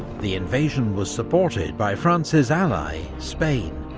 the invasion was supported by france's ally, spain,